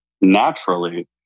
naturally